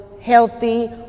healthy